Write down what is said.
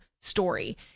story